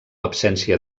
absència